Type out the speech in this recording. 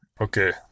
okay